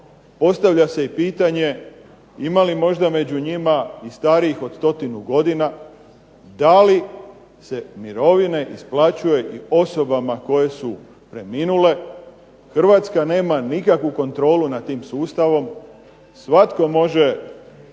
postavlja se pitanje ima li možda među njima i starijih od 100 godina, da li se mirovine isplaćuje i osobama koje su preminule. Hrvatska nema nikakvu kontrolu nad tim sustavom, svatko može